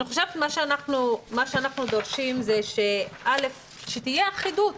אנחנו דורשים שתהיה אחידות.